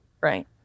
right